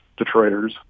Detroiters